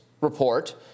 report